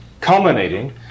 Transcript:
culminating